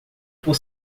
por